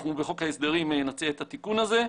אנחנו בחוק ההסדרים נציע את התיקון הזה.